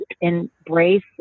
embrace